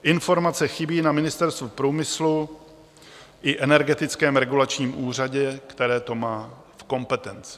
Informace chybí na Ministerstvu průmyslu i Energetickém regulačním úřadě, které to má v kompetenci.